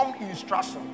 instruction